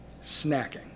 Snacking